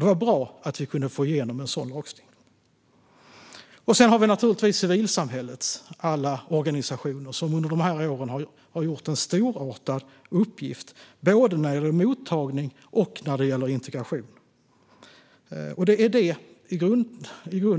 Det var bra att vi kunde få igenom en sådan lagstiftning. Sedan har vi naturligtvis civilsamhällets alla organisationer, som under dessa år har gjort en storartad insats både när det gäller mottagning och när det gäller integration. Det är i grunden